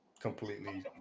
completely